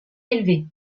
élevé